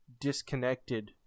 disconnected